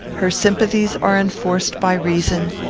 her sympathies are enforced by reason,